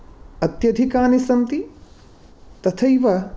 अत्यधिकानि सन्ति तथैव